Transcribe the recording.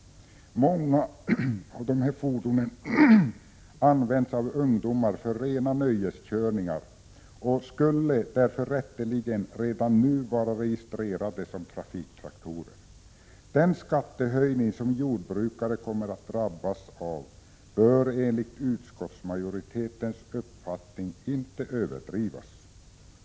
Många av dessa fordon används av ungdomar för rena nöjeskörningar och skulle därför rätteligen redan nu vara registrerade som trafiktraktorer. Den skattehöjning som jordbrukare kommer att drabbas av bör enligt utskottsmajoritetens uppfattning inte överdrivas.